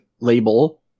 label